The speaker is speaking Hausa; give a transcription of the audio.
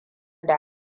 da